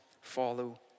follow